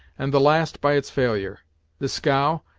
and the last by its failure the scow,